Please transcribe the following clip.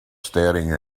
staring